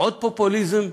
עוד פופוליזם?